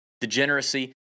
degeneracy